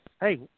Hey